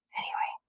anyway.